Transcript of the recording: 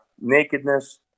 Nakedness